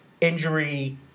injury